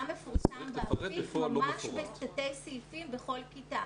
מפורסם באפיק ממש בתתי סעיפים בכל כיתה.